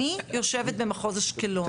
אני יושבת במחוז אשקלון.